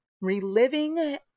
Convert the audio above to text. reliving